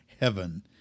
heaven